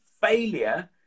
Failure